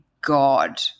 God